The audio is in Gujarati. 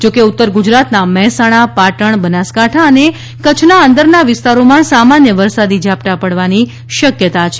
જો કે ઉત્તર ગુજરાતના મહેસાણા પાટણ બનાસકાંઠા અને કચ્છના અંદરના વિસ્તારોમાં સામાન્ય વરસાદી ઝાપટાં પડવાની શક્યતા છે